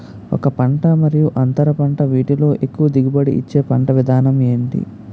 ఒక పంట మరియు అంతర పంట వీటిలో ఎక్కువ దిగుబడి ఇచ్చే పంట విధానం ఏంటి?